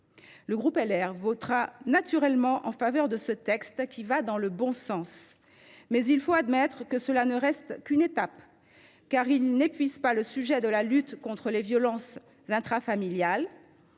Le groupe LR votera naturellement en faveur de ce texte, qui va dans le bon sens. Il faut cependant admettre qu’il n’est qu’une étape, car il n’épuise pas le sujet de la lutte contre les violences intrafamiliales.